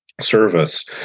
service